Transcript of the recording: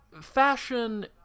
Fashion